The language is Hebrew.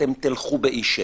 אתם תלכו באי שקט.